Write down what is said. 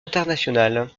internationale